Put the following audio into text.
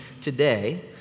today